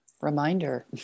reminder